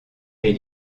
est